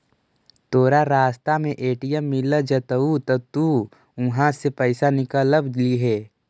तोरा रास्ता में ए.टी.एम मिलऽ जतउ त उहाँ से पइसा निकलव लिहे